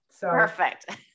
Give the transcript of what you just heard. Perfect